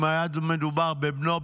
אם היה מדובר בבנו,